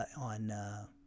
on